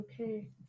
okay